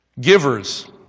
Givers